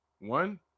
One